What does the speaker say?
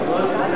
לברך